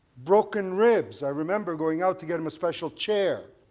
broken ribs, i remember going out to get him a special chair.